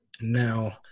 Now